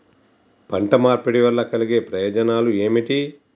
పంట మార్పిడి వల్ల కలిగే ప్రయోజనాలు ఏమిటి?